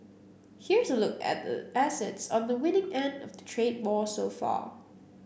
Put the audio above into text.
here's a look at the assets on the winning end of the trade war so far